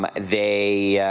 but they